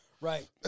Right